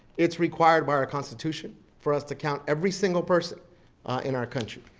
it's required by our constitution for us to count every single person in our country.